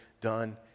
done